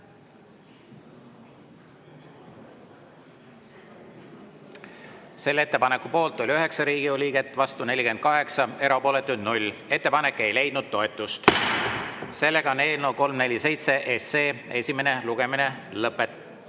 Selle ettepaneku poolt oli 9 Riigikogu liiget, vastu 48, erapooletuid 0. Ettepanek ei leidnud toetust. Eelnõu 347 esimene lugemine on